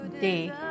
day